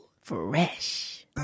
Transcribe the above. Fresh